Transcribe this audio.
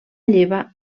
lleva